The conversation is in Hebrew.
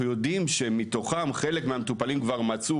אנחנו יודעים שמתוכם חלק מהמטופלים כבר מצאו